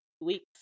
weeks